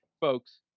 folks